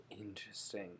Interesting